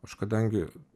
aš kadangi